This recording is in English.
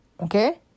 Okay